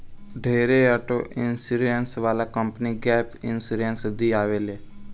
ढेरे auto insurance वाला company gap insurance दियावे ले